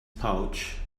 pouch